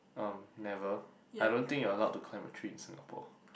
um never I don't think you are allowed to climb a tree in Singapore